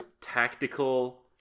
tactical